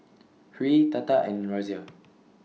Hri Tata and Razia